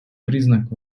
признак